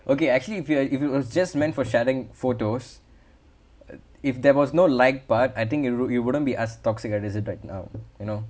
okay actually if you are if you are just meant for sharing photos if there was no like but I think it it wouldn't be as toxic as it is right now you know